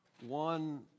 one